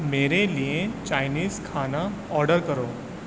میرے لیے چائنیز کھانا آرڈر کرو